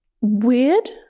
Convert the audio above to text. weird